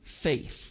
faith